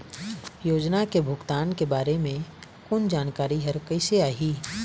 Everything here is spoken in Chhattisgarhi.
योजना के भुगतान के बारे मे फोन जानकारी हर कइसे आही?